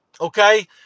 Okay